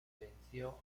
venció